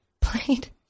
played